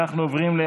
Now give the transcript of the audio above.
אם כן, תוצאות